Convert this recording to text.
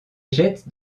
jettent